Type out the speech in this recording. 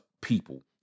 people